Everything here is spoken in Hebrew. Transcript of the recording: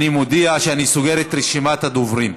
אני מודיע שאני סוגר את רשימת הדוברים.